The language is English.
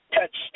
touched